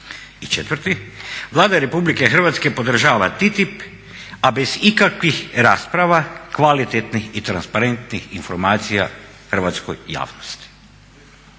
četvrti, Vlada RH podržava TTIP, a bez ikakvih rasprava, kvalitetnih i transparentnih informacija hrvatskoj javnosti.